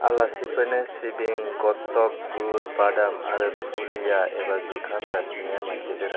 आलासिफोरनो सिबिं गसग गुर बादाम आरो फुलिया एबा जुखाम जासिनाया मोनसे दोरों